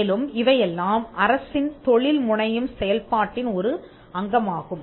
மேலும் இவையெல்லாம் அரசின் தொழில் முனையும் செயல்பாட்டின் ஒரு அங்கமாகும்